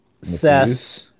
Seth